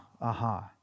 aha